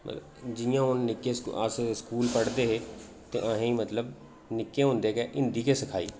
जि'यां हुन निक्के अस स्कूल पढ़दे हे ते असें ई मतलब निक्के हुंदे गै हिंदी गै सखाई